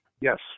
Yes